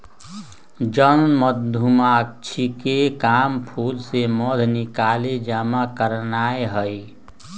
जन मधूमाछिके काम फूल से मध निकाल जमा करनाए हइ